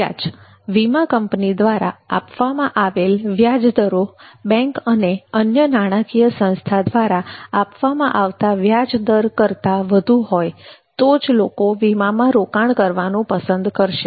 વ્યાજ વીમા કંપની દ્વારા આપવામાં આવેલ વ્યાજદરો બેંક અને અન્ય નાણાકીય સંસ્થા દ્વારા આપવામાં આવતા વ્યાજદર કરતાં વધુ હોય તો જ લોકો વીમામા રોકાણ કરવાનું પસંદ કરશે